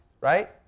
right